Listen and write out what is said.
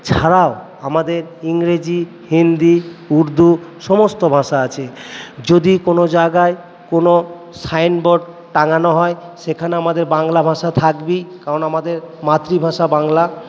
ছাড়াও আমাদের ইংরেজি হিন্দি উর্দু সমস্ত ভাষা আছে যদি কোনো জাগায় কোনো সাইন বোর্ড টাঙানো হয় সেখানে আমাদের বাংলা ভাষা থাকবেই কারণ আমাদের মাতৃভাষা বাংলা